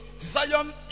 Zion